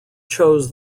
chose